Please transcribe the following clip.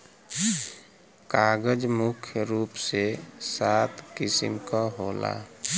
कागज मुख्य रूप से सात किसिम क होला